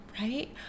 right